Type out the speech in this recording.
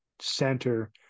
center